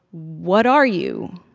what are you?